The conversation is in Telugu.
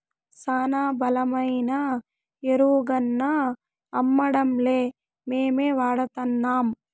శానా బలమైన ఎరువుగాన్నా అమ్మడంలే మేమే వాడతాన్నం